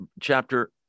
chapter